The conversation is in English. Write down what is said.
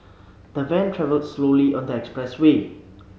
the van travelled slowly on the express way